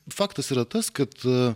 faktas yra tas kad